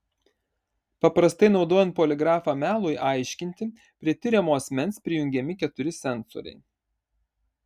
paprastai naudojant poligrafą melui aiškinti prie tiriamo asmens prijungiami keturi sensoriai